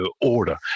order